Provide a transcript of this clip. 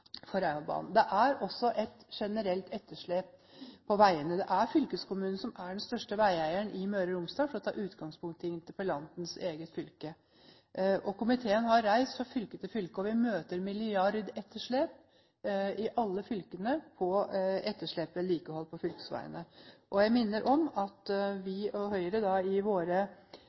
Det er også et generelt etterslep på veiene. Det er fylkeskommunen som er den største veieieren i Møre og Romsdal – for å ta utgangspunkt i interpellantens eget fylke. Komiteen har reist fra fylke til fylke, og i alle fylkene møter vi milliardetterslep på vedlikehold av fylkesveiene. Jeg minner om at vi – og Høyre – i våre